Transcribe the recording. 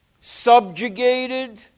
subjugated